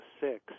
six